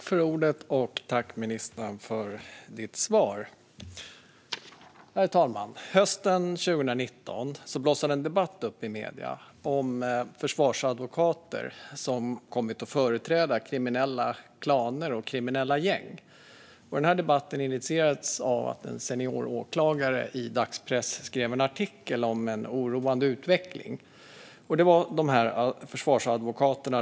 Herr talman! Tack, ministern, för ditt svar! Herr talman! Hösten 2019 blossade en debatt upp i medierna om försvarsadvokater som kommit att företräda kriminella klaner och kriminella gäng. Debatten initierades av att en senioråklagare i dagspress skrev en artikel om denna oroande utveckling.